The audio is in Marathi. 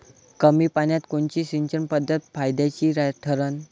कमी पान्यात कोनची सिंचन पद्धत फायद्याची ठरन?